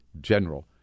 general